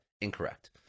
incorrect